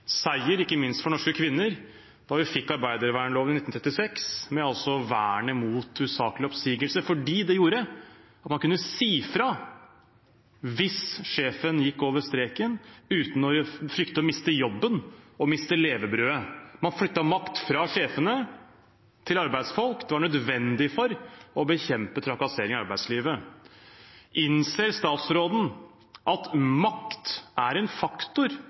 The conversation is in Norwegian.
seier, ikke minst for norske kvinner, da vi fikk arbeidervernloven i 1936, med vern mot usaklig oppsigelse, fordi den gjorde at man kunne si fra hvis sjefen gikk over streken, uten å frykte å miste jobben og levebrødet. Man flyttet makt fra sjefene til arbeidsfolk. Det var nødvendig for å bekjempe trakassering i arbeidslivet. Innser statsråden at makt er en faktor